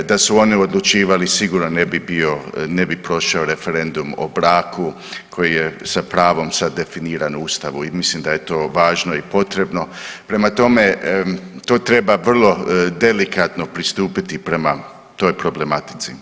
Da su one odlučivali, sigurno ne bi bio, ne bi prošao referendum o braku koji je sa pravom sad definiran u Ustavu i mislim da je to važno i potrebno, prema tome, to treba vrlo delikatno pristupiti prema toj problematici.